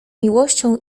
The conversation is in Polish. miłością